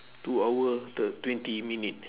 two hour thi~ twenty minute